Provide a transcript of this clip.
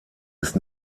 ist